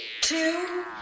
two